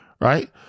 right